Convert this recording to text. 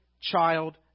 child